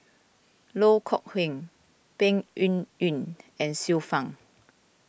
Loh Kok Heng Peng Yuyun and Xiu Fang